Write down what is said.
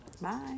Bye